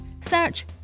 Search